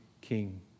king